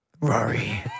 Rory